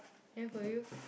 then for you